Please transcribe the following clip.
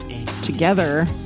together